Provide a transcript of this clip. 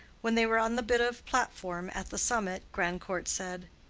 when they were on the bit of platform at the summit, grandcourt said,